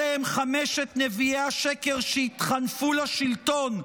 אלה הם חמשת נביאי השקר שהתחנפו לשלטון,